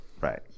Right